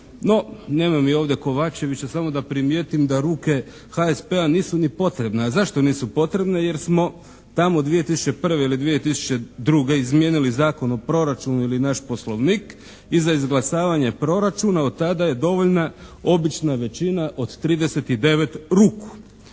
no nema mi ovdje Kovačevića, samo da primijetim da ruke HSP-a nisu ni potrebne. A zašto nisu potrebne? Jer smo tamo 2001. ili 2002. izmijenili Zakon o proračunu ili naš Poslovnik i za izglasavanje proračuna od tada je dovoljna obična većina od 39 ruku